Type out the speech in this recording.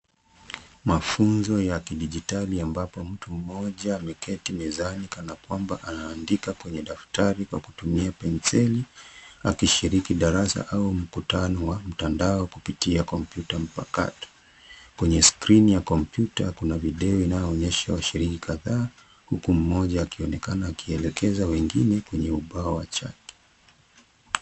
Mafunzo ya kidijitali, ambapo mtu mmoja ameketi mezani kana kwamba anaandika kwenye daftari kwa kutumia penseli. Akishiriki darasa au mkutano wa mtandao kupitia kompyuta mpakato. Kwenye skrini ya kompyuta, kuna video inaoonyesha washiriki kadhaa, huku mmoja akionekana akielekeza wengine kwenye ubao wa chaki.